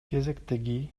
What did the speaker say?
кезектеги